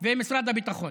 ומשרד הביטחון.